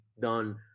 done